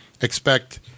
expect